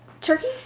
turkey